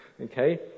Okay